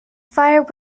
fire